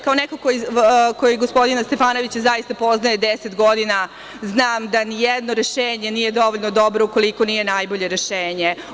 Kao neko ko gospodina Stefanovića zaista poznaje deset godina, znam da ni jedno rešenje nije dovoljno dobro ukoliko nije najbolje rešenje.